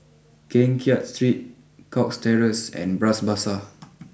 Keng Kiat Street Cox Terrace and Bras Basah